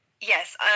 Yes